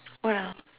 what else